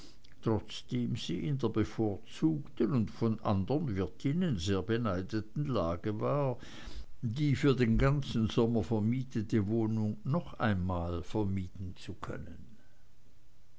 trotzdem sie in der bevorzugten und von anderen wirtinnen auch sehr beneideten lage war die für den ganzen sommer vermietete wohnung noch einmal vermieten zu können